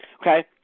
okay